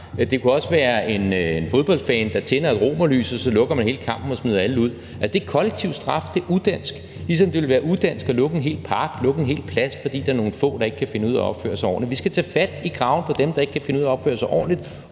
Det kunne også være en fodboldfan, der tænder et romerlys, og så lukker man hele kampen og smider alle ud. Det er kollektiv straf, det er udansk, ligesom det ville være udansk at lukke en hel park eller en hel plads, fordi der er nogle få, der ikke kan finde ud af at opføre sig ordentligt. Vi skal tage fat i kraven på dem, der ikke kan finde ud af at opføre sig ordentligt,